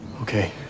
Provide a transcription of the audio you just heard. Okay